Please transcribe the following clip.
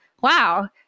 wow